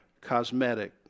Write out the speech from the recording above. cosmetic